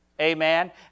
Amen